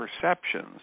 perceptions